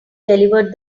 delivered